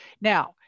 Now